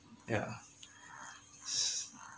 yeah